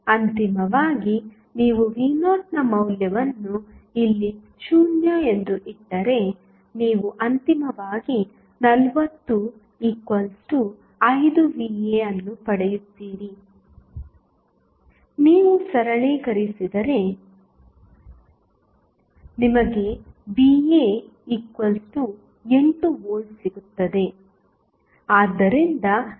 ಅಂತಿಮವಾಗಿ ನೀವು v0 ನ ಮೌಲ್ಯವನ್ನು ಇಲ್ಲಿ 0 ಎಂದು ಇಟ್ಟರೆ ನೀವು ಅಂತಿಮವಾಗಿ 405va ಅನ್ನು ಪಡೆಯುತ್ತೀರಿ ನೀವು ಸರಳೀಕರಿಸಿದರೆ ನಿಮಗೆ va8V ಸಿಗುತ್ತದೆ